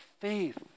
faith